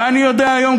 ואני יודע היום,